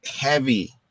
heavy